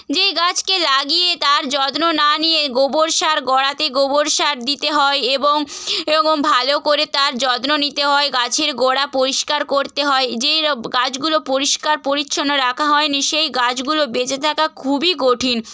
যেই গাছকে লাগিয়ে তার যত্ন না নিয়ে গোবর সার গোড়াতে গোবর সার দিতে হয় এবং এরকম ভালো করে তার যত্ন নিতে হয় গাছের গোড়া পরিষ্কার করতে হয় যেসব গাছগুলো পরিষ্কার পরিচ্ছন্ন রাখা হয়নি সেই গাছগুলো বেঁচে থাকা খুবই কঠিন